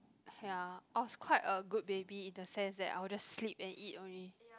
ya I was quite a good baby in the sense that I'll just sleep and eat only